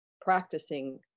practicing